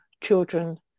children